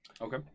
Okay